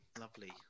Lovely